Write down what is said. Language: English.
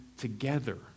together